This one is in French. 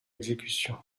exécution